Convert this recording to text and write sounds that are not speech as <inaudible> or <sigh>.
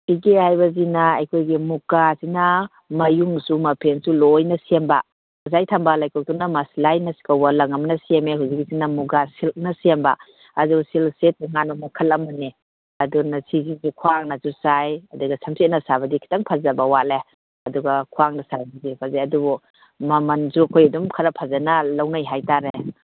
ꯀꯦꯒꯦ ꯍꯥꯏꯕꯁꯤꯅ ꯑꯩꯈꯣꯏꯒꯤ ꯃꯨꯒꯥꯁꯤꯅ ꯃꯌꯨꯡꯁꯨ ꯃꯐꯦꯟꯁꯨ ꯂꯣꯏꯅ ꯁꯦꯝꯕ ꯉꯁꯥꯏ ꯊꯝꯕꯥꯜ ꯂꯩꯈꯣꯛꯇꯨꯅ ꯃꯁꯂꯥꯏ <unintelligible> ꯀꯧꯕ ꯂꯪ ꯑꯃꯅ ꯁꯦꯝꯃꯦ ꯍꯧꯖꯤꯛꯀꯤꯁꯤꯅ ꯃꯨꯒꯥ ꯁꯤꯜꯛꯅ ꯁꯦꯝꯕ ꯑꯗꯨ ꯁꯤꯜꯛꯁꯦ ꯇꯣꯉꯥꯟꯕ ꯃꯈꯜ ꯑꯃꯅꯦ ꯑꯗꯨꯅ ꯁꯤꯒꯤꯁꯦ ꯈ꯭ꯋꯥꯡꯅꯁꯨ ꯆꯥꯏ ꯑꯗꯨꯒ ꯁꯝꯖꯦꯠꯅ ꯁꯥꯕꯗꯤ ꯈꯤꯇꯪ ꯐꯖꯕ ꯋꯥꯠꯂꯦ ꯑꯗꯨꯒ ꯈ꯭ꯋꯥꯡꯅ ꯁꯥꯕꯗꯤ ꯐꯖꯩ ꯑꯗꯨꯕꯨ ꯃꯃꯜꯁꯨ ꯑꯩꯈꯣꯏ ꯑꯗꯨꯝ ꯈꯔ ꯐꯖꯅ ꯂꯧꯅꯩ ꯍꯥꯏꯇꯥꯔꯦ